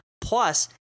Plus